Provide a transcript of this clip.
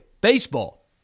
baseball